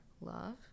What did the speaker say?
love